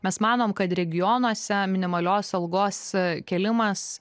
mes manom kad regionuose minimalios algos kėlimas